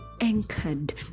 anchored